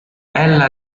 ella